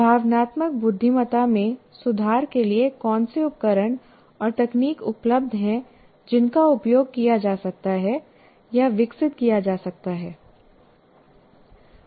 भावनात्मक बुद्धिमत्ता में सुधार के लिए कौन से उपकरण और तकनीक उपलब्ध हैं जिनका उपयोग किया जा सकता है या विकसित किया जा सकता है